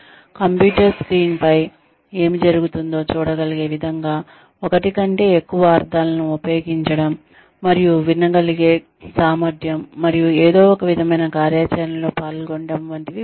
computer screen పై ఏమి జరుగుతుందో చూడగలిగే విధంగా ఒకటి కంటే ఎక్కువ అర్ధాలను ఉపయోగించడం మరియు వినగలిగే సామర్థ్యం మరియు ఏదో ఒక విధమైన కార్యాచరణలో పాల్గొనడం వంటివి ఉంటాయి